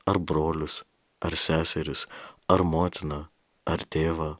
ar brolius ar seseris ar motiną ar tėvą